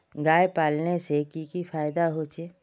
गाय पालने से की की फायदा होचे?